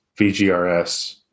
VGRS